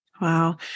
Wow